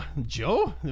Joe